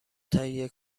تهیه